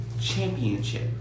Championship